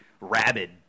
rabid